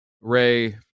Ray